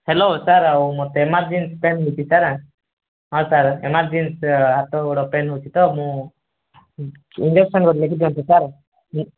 hello sir ଆଉ ମୋତେ emergency pain ହେଉଛି ସାର୍ ହଁ ସାର୍ ଏମର୍ଜେନ୍ସି ହେଉଛି ହାତ ଗୋଡ଼ ପେନ୍ ହେଉଛି ତ ମୁଁ ଇଞ୍ଜେକସନ୍ ଗୋଟେ ଲେଖି ଦିଅନ୍ତୁ ସାର୍